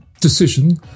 decision